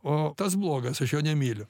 o tas blogas aš jo nemyliu